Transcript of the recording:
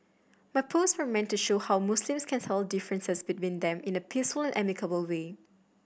my post were meant to show how Muslims can settle differences between them in a peaceful amicable way